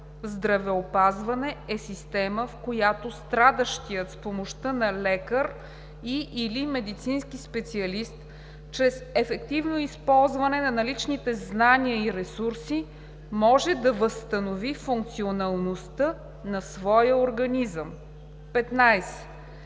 „Здравеопазване“ е система, в която страдащият с помощта на лекар и/или медицински специалист чрез ефективно използване на наличните знания и ресурси, може да възстанови функционалността на своя организъм. 15.